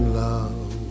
love